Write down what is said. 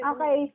Okay